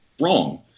wrong